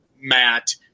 Matt